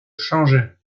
changer